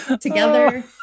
together